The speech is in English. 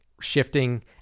shifting